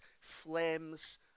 flames